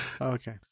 Okay